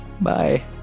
bye